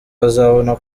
bazabone